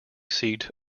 seat